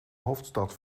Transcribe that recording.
hoofdstad